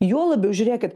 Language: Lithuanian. juo labiau žiūrėkit